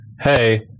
hey